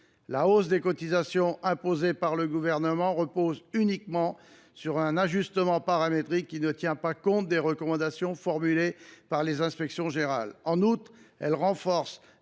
La hausse des cotisations imposée par le Gouvernement repose uniquement sur un ajustement paramétrique qui ne tient pas compte des recommandations formulées par les inspections générales. En outre, elle renforce